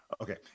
Okay